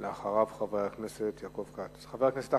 לאחריו חבר הכנסת יעקב כץ.